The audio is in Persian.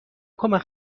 کمک